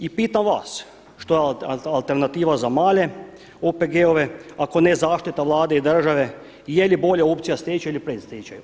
I pitam vas što je alternativa za male OPG-ove, ako ne zaštita Vlade i države i je li bolja opcija stečaj ili predstečaj.